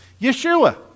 Yeshua